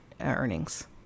earnings